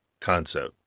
concept